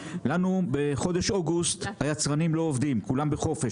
בחודש אוגוסט היצרנים לא עובדים, כולם בחופש.